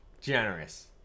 Generous